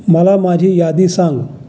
मला माझी यादी सांग